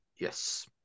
Yes